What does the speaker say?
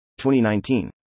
2019